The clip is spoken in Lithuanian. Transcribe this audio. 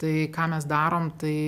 tai ką mes darom tai